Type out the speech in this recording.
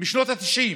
משנות התשעים